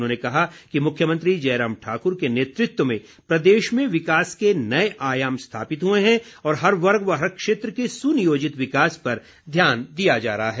उन्होंने कहा कि मुख्यमंत्री जयराम ठाकुर के नेतृत्व में प्रदेश में विकास के नए आयाम स्थापित हुए हैं और हर वर्ग व हर क्षेत्र के सुनियोजित विकास पर ध्यान दिया जा रहा है